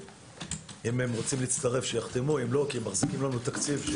אם הם רוצים להצטרף שיחתמו כי הם מחזיקים תקציב.